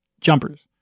jumpers